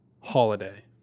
Holiday